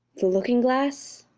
the looking-glass,